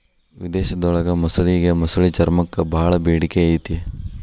ವಿಧೇಶದೊಳಗ ಮೊಸಳಿಗೆ ಮೊಸಳಿ ಚರ್ಮಕ್ಕ ಬಾಳ ಬೇಡಿಕೆ ಐತಿ